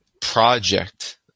project